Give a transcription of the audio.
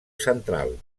central